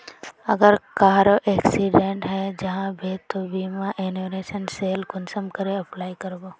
अगर कहारो एक्सीडेंट है जाहा बे तो बीमा इंश्योरेंस सेल कुंसम करे अप्लाई कर बो?